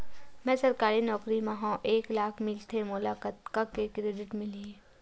मैं सरकारी नौकरी मा हाव एक लाख मिलथे मोला कतका के क्रेडिट मिलही?